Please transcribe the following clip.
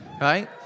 Right